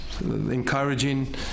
encouraging